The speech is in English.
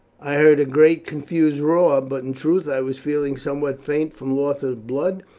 i heard a great confused roar, but in truth i was feeling somewhat faint from loss of blood,